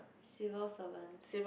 civil servants